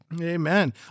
Amen